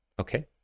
Okay